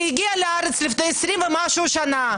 שהגיעה ארצה לפני 22 ומשהו שנה,